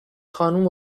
خانوم